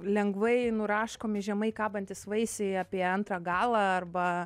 lengvai nuraškomi žemai kabantys vaisiai apie antrą galą arba